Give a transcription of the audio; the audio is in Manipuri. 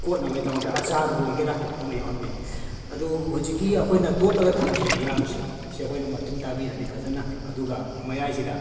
ꯀꯣꯠꯅꯕꯒꯤꯗꯃꯛꯇ ꯑꯆꯥꯔꯕꯨ ꯑꯣꯏꯒꯦꯔꯥ ꯑꯃ ꯌꯥꯎꯍꯟꯕ ꯌꯥꯏ ꯑꯗꯨꯕꯨ ꯍꯧꯖꯤꯛꯀꯤ ꯑꯩꯈꯣꯏꯅ ꯇꯣꯠꯂꯒ ꯊꯝꯈꯤꯕ ꯌꯥꯝꯁꯦ ꯁꯦ ꯑꯩꯈꯣꯏꯅ ꯃꯇꯨꯝ ꯇꯥꯕꯤꯔꯅꯤ ꯐꯖꯅ ꯑꯗꯨꯒ ꯃꯌꯥꯏꯁꯤꯗ